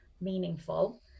meaningful